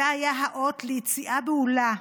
זה היה האות ליציאה בהולה,